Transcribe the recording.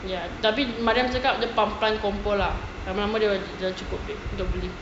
ya tapi mariam cakap dia perlahan-perlahan kumpul ah lama-lama dia cukup duit dah beli